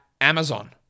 Amazon